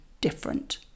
different